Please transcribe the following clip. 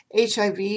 HIV